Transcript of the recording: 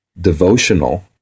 devotional